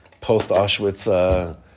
post-Auschwitz